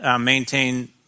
maintain